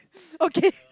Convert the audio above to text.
okay